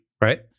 right